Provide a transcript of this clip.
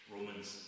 Romans